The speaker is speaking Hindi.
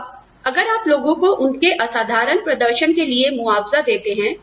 अब अगर आप लोगों को उनके असाधारण प्रदर्शन के लिए मुआवजा देते हैं